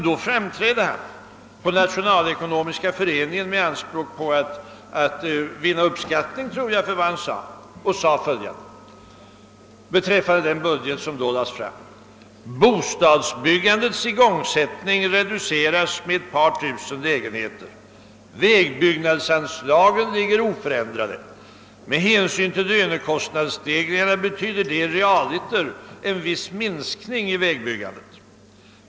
Då framträdde han på Nationalekonomiska föreningen, troligen med anspråk på att vinna uppskattning för vad han sade, och anförde följande beträffande den budget som då lades fram: Bostadsbyggandets igångsättning reduceras med ett par tusen lägenheter. Vägbyggnadsanslagen ligger oförändrade. Med hänsyn till lönekostnadsstegringarna betyder det realiter en viss minskning i vägbyggandet.